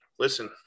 Listen